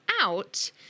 out